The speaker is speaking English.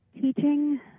teaching